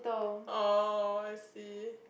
oh I see